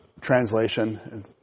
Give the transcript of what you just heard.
translation